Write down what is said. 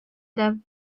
david